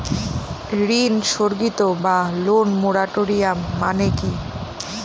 ঋণ স্থগিত বা লোন মোরাটোরিয়াম মানে কি?